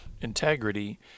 integrity